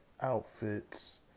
Outfits